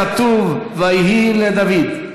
כתוב: ויהי לדוד,